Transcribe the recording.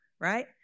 right